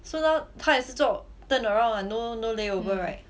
so now 他也是做 turn around right no no layover right